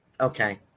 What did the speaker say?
Okay